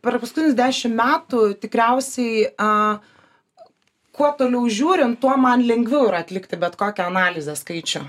per paskutinius dešimt metų tikriausiai a kuo toliau žiūrint tuo man lengviau yra atlikti bet kokią analizę skaičių